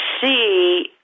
see